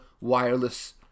wireless